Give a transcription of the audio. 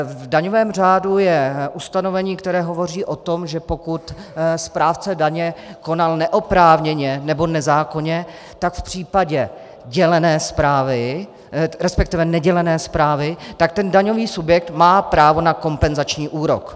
V daňovém řádu je ustanovení, které hovoří o tom, že pokud správce daně konal neoprávněně nebo nezákonně, tak v případě dělené správy, respektive nedělené správy, daňový subjekt má právo na kompenzační úrok.